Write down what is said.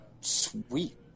Sweet